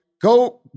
go